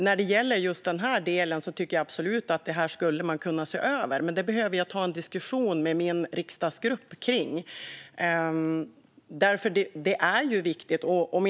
När det gäller just den här delen tycker jag absolut att man skulle kunna se över detta, men det behöver jag ta en diskussion med min riksdagsgrupp om.